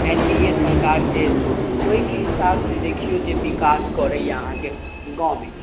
N D A सरकार छै तऽ ओइके हिसाबसँ देखियौ जे विकास करैयै अहाँके गाँवमे